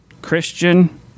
Christian